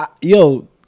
yo